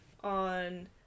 on